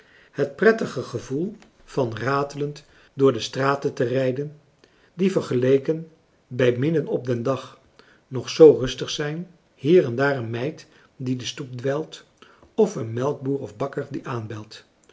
het prettige gevoel van ratelend door de straten te rijden die vergeleken bij midden op den dag nog zoo rustig zijn hier en daar een meid die de stoep dweilt of een melkboer of bakker die aanbelt